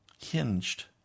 hinged